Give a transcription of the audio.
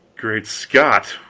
great scott!